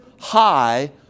high